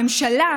הממשלה,